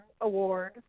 Award